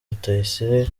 rutayisire